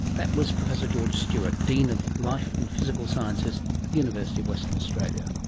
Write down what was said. that was professor george stewart, dean of life and physical sciences at the university of western australia